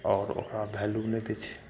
आओर ओकरा भैलु नहि दै छै